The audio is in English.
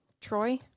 Troy